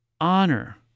honor